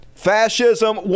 fascism